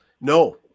No